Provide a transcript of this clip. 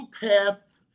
Path